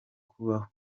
kubaho